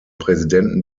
präsidenten